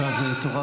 טלי,